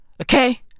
Okay